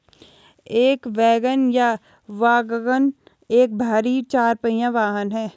एक वैगन या वाग्गन एक भारी चार पहिया वाहन है